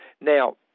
Now